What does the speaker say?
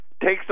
takes